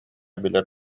билэр